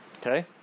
Okay